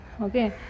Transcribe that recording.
Okay